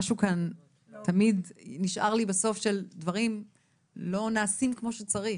משהו כאן תמיד נשאר לי בסוף טעם שהדברים לא נעשים כמו שצריך.